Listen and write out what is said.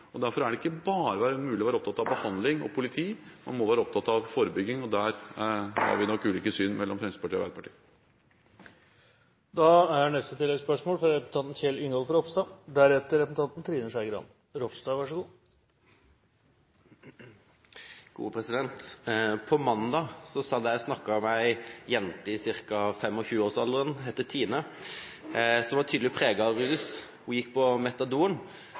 Derfor er det ikke mulig bare å være opptatt av behandling og politi, man må også være opptatt av forebygging, og der har nok Fremskrittspartiet og Arbeiderpartiet ulike syn. Kjell Ingolf Ropstad – til oppfølgingsspørsmål. På mandag satt jeg og snakket med en jente på ca. 25 år som het Tine, og som var tydelig preget av rus. Hun gikk på